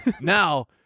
now